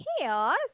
Chaos